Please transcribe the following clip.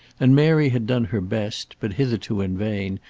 and mary had done her best, but hitherto in vain,